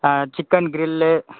ah chicken grill